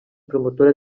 promotora